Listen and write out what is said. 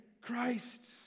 Christ